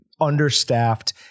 understaffed